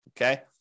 Okay